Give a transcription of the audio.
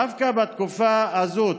דווקא בתקופה הזו,